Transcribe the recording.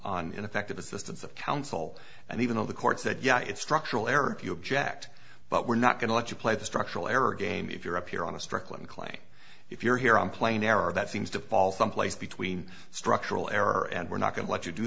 on ineffective assistance of counsel and even though the court said yeah it's structural error if you object but we're not going to let you play the structural error game if you're up here on a strickland play if you're here on plane air or that seems to fall someplace between structural error and we're not going to let you do